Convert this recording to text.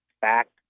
fact